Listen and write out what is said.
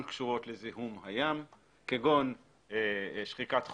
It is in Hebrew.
קשורות בזיהום הים כגון שחיקת חול,